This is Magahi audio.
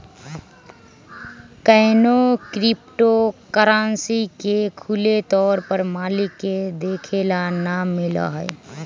कौनो क्रिप्टो करन्सी के खुले तौर पर मालिक के देखे ला ना मिला हई